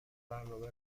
برنامه